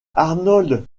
arnold